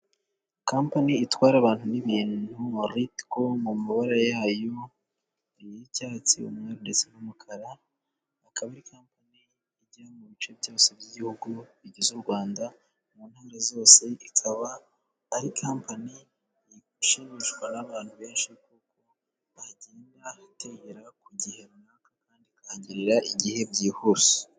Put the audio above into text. Kampani itwara abantu n'ibintu nko mu maritiko mu mabara yayo, y'icyatsi umweru ndetse n'umukara akaba ari kampani ijya mu bice byose by'igihugu bigize u Rwanda mu ntara zose, ikaba ari kampani ishimishwa n'abantu benshi, kuko bagendera ku gihe runaka kandi igatangirira kugihe byihuse.